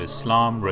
Islam